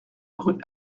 rue